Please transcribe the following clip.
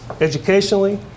educationally